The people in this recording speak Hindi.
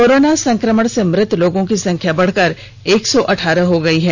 कोरोना संक्रमण से मृत लोगों की संख्या बढ़कर एक सौ अठारह हो गई है